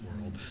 world